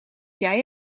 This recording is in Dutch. jij